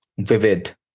vivid